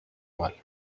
mal